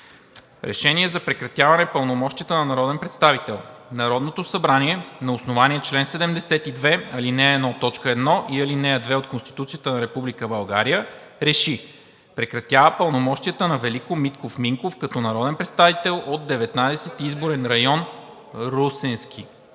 РЕШЕНИЕ за прекратяване пълномощията на народен представител Народното събрание на основание чл. 72, ал. 1, т. 1 и ал. 2 от Конституцията на Република България РЕШИ: Прекратява пълномощията на Велико Митков Минков като народен представител от Деветнадесети изборен район – Русенски.“